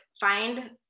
find